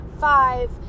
five